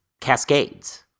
cascades